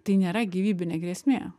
tai nėra gyvybinė grėsmė